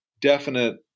definite